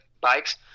bikes